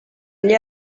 allí